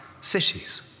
cities